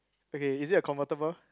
okay is it a convertible